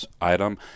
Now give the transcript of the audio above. item